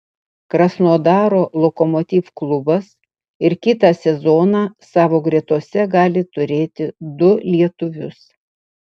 krasnodaro lokomotiv klubas ir kitą sezoną savo gretose gali turėti du lietuvius